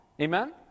Amen